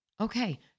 Okay